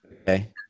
Okay